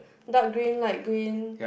dark green light green